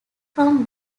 from